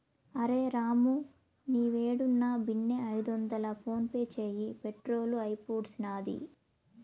అరె రామూ, నీవేడున్నా బిన్నే ఐదొందలు ఫోన్పే చేయి, పెట్రోలు అయిపూడ్సినాది